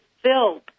filled